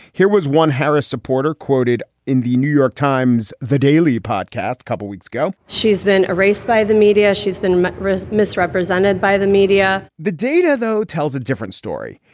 here was one harris supporter quoted in the new york times the daily podcast couple weeks ago, she's been raised by the media. she's been misrepresented by the media the data, though, tells a different story.